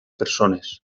persones